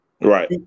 Right